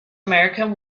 american